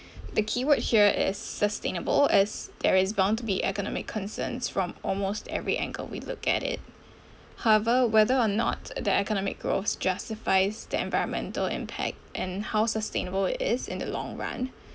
the keyword here is sustainable as there is bound to be economic concerns from almost every angle we look at it however whether or not the economic growth justifies the environmental impact and how sustainable it is in the long run